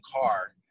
car